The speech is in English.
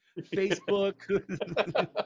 Facebook